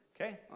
Okay